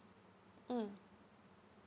mm